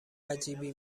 عجیبی